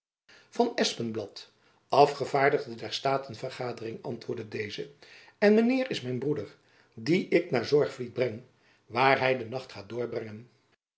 van espenblad afgevaardigde ter staten vergadering antwoordde deze en mijn heer is mijn broeder dien ik naar zorgvliet breng waar hy de nacht gaat doorbrengen